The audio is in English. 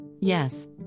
Yes